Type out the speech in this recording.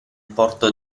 porto